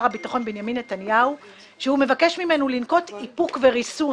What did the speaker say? הביטחון בנימין נתניהו שהוא מבקש ממנו לנקוט איפוק וריסון